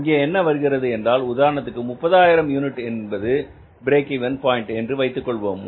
இங்கே என்ன வருகிறது என்றால் உதாரணத்திற்கு 30 ஆயிரம் யூனிட் என்பது பிரேக் இவென் பாயின்ட் என்று வைத்துக்கொள்வோம்